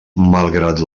malgrat